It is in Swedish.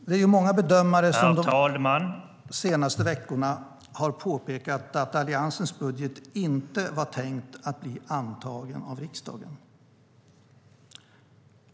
Vi är många bedömare som de . STYLEREF Kantrubrik \* MERGEFORMAT Hälsovård, sjukvård och social omsorg. senaste veckorna har påpekat att Alliansens budget inte var tänkt att bli antagen av riksdagen.